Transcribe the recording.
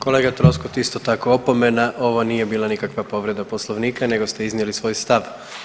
Kolega Troskot, isto tako opomena, ovo nije bila nikakva povreda Poslovnika nego ste iznijeli svoj stav.